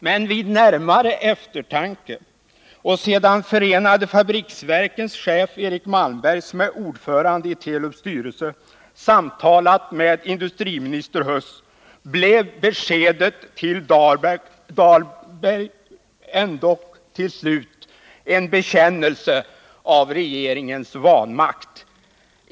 Men vid närmare eftertanke och sedan förenade fabriksverkens chef Eric Malmberg, som är ordförande i Telubs styrelse, samtalat med industriminister Huss blev beskedet till Dahlberg ändå till slut en bekännelse av regeringens vanmakt.